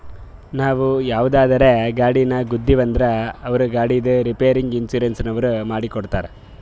ನಾವು ಯಾವುದರೇ ಗಾಡಿಗ್ ಗುದ್ದಿವ್ ಅಂದುರ್ ಅವ್ರ ಗಾಡಿದ್ ರಿಪೇರಿಗ್ ಇನ್ಸೂರೆನ್ಸನವ್ರು ಮಾಡಿ ಕೊಡ್ತಾರ್